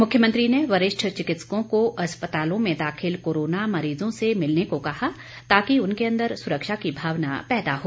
मुख्यमंत्री ने वरिष्ठ चिकित्सकों को अस्पतालों में दाखिल कोरोना मरीजों से मिलने को कहा ताकि उनके अंदर सुरक्षा की भावना पैदा हो